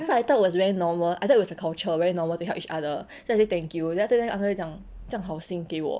so I thought was very normal I thought it was the culture very normal to help each other then 我 say thank you then after that 那个 uncle 就讲这样好心给我